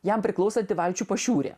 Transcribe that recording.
jam priklausanti valčių pašiūrė